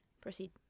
proceed